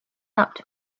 out